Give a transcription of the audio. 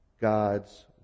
God's